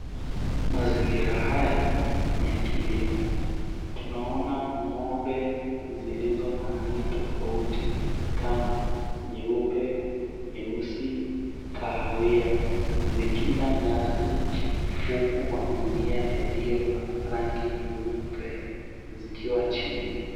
Mazingira haya ni ya kilimo tunaona ng'ombe zilizo na rangi tofauti kama nyeupe, nyeusi, kahawia zikila nyasi, huku mangunia yaliyo na rangi nyeupe zikiwa chini.